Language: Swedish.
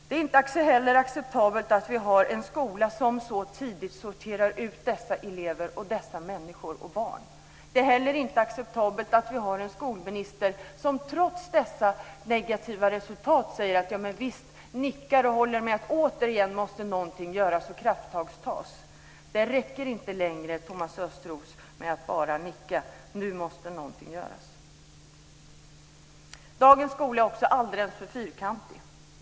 Det är inte heller acceptabelt att vi har en skola som så tidigt sorterar ut dessa elever och dessa människor och barn. Det är heller inte acceptabelt att vi har en skolminister som trots dessa negativa resultat återigen bara nickar och håller med om att någonting måste göras och krafttag tas. Det räcker inte längre, Thomas Östros, med att bara nicka. Nu måste någonting göras. Dagens skola är också alldeles för fyrkantig.